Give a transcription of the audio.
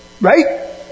Right